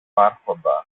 άρχοντας